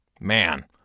Man